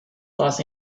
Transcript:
los